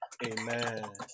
Amen